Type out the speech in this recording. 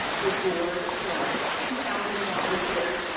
for board, for our two thousand volunteers,